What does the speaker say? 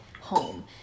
home